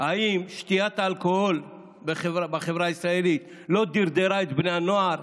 האם שתיית האלכוהול בחברה הישראלית לא דרדרה את בני הנוער